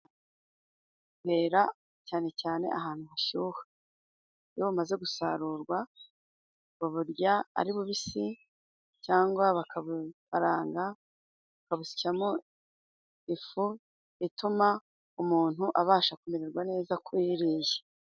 Bwera cyane cyane ahantu hashyuha, iyo bumaze gusarurwa baburya ari bubisi cyangwa bakabukaranga, babusyamo ifu ituma umuntu abasha kumererwa neza k'uyiriye.